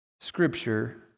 Scripture